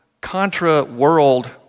contra-world